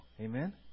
Amen